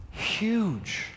huge